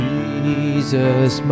Jesus